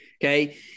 okay